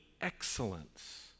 excellence